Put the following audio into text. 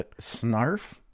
Snarf